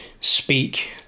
speak